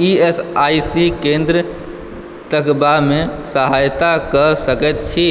E S I C केन्द्रकेँ तकबामे सहायता कऽ सकैत छी